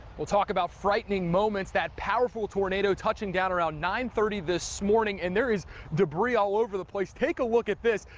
talk about frightening moments. that powerful tornado touching down around nine thirty this morning, and there is debris all over the place. take a look at this,